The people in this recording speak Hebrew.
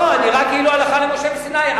זה נראה כאילו הלכה למשה מסיני.